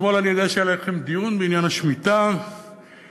אני יודע שאתמול היה לכם דיון בעניין השמיטה שמנגנון